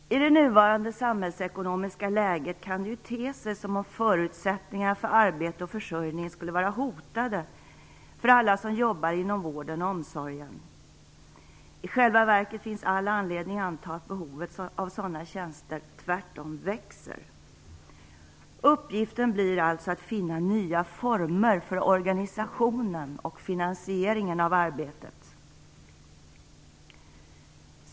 I det nuvarande samhällsekonomiska läget kan det ju te sig som om förutsättningarna för arbete och försörjning skulle vara hotade för alla som jobbar inom vården och omsorgen. I själva verket finns all anledning att anta att behovet av sådana tjänster tvärtom växer. Uppgiften blir alltså att finna nya former för organisationen och finansieringen av arbetet.